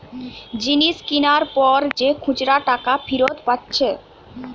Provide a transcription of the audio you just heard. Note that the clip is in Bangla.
জিনিস কিনার পর যে খুচরা টাকা ফিরত পাচ্ছে